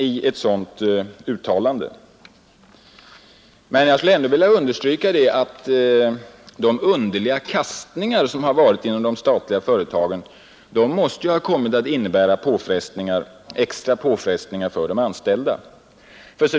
Jag vill emellertid understryka att de underliga kastningar som förekommit i de statliga företagen måste ha inneburit extra påfrestningar för de anställda.